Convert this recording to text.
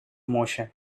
motion